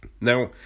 Now